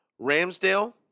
Ramsdale